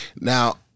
Now